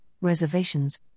reservations